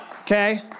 Okay